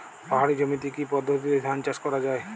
পাহাড়ী জমিতে কি পদ্ধতিতে ধান চাষ করা যায়?